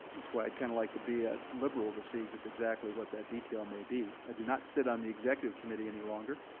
that's why i'd kind of like to be at liberal to see just exactly what that detail may be. i do not sit on the executive committee any longer,